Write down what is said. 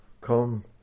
come